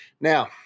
now